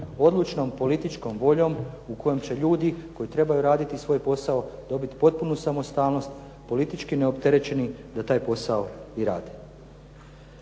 odlučnom političkom voljom u kojoj će ljudi koji trebaju raditi svoj posao dobiti potpunu samostalnost, politički neopterećeni da taj posao i rade.